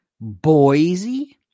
Boise